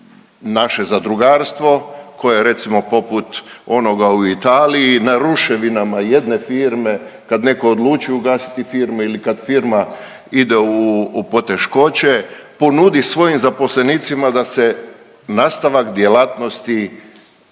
naše zadrugarstvo koje je recimo poput onoga u Italiji na ruševinama jedne firme kad netko odluči ugasiti firmu ili kad firma ide u poteškoće, ponudi svojim zaposlenicima da se nastavak djelatnosti